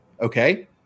okay